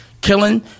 killing